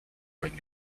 bring